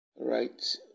right